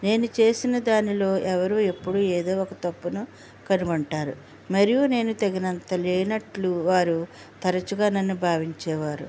నేను చేసిన దానిలో ఎవరు ఎప్పుడు ఏదో ఒక తప్పును కనుగొంటారు మరియు నేను తగినంత లేనట్లు వారు తరచుగా నన్ను భావించేవారు